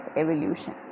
evolution